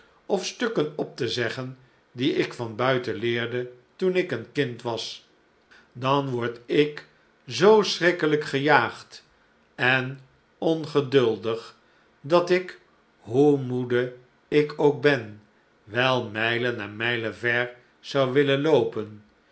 of stukken op te zeggen die ik van buiten leerfle toen ik een kind was dan word ik zoo schrikkelijk gejaagd en ongeduldig dat ik hoe moede ik ook ben wel mijlen en mijlen ver zou willen loopen